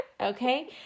Okay